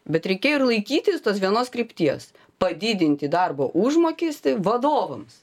bet reikėjo ir laikytis tos vienos krypties padidinti darbo užmokestį vadovams